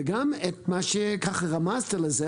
וגם למה שקצת רמזת עליו,